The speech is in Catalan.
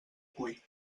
cuit